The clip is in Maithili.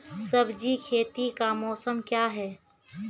सब्जी खेती का मौसम क्या हैं?